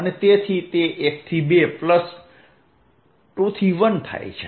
અને તેથી તે 1 થી 2 પ્લસ 2 થી 1 થાય છે